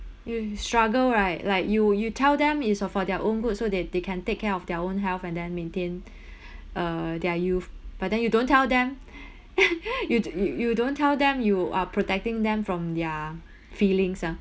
you struggle right like you you tell them is uh for their own good so that they can take care of their own health and then maintained uh their youth but then you don't tell them you you don't tell them you are protecting them from their feelings ah